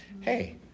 Hey